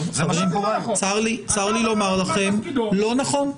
צר לי לומר לכם שזה לא נכון.